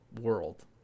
world